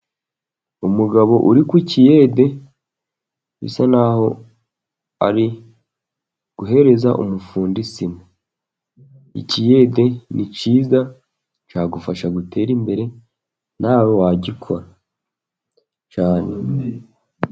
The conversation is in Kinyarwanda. Umugabo uri ku kiyede bisa naho ari guhereza umufundi sima. Ikiyede ni cyiza cya gufasha gutera imbere nawe wagikora.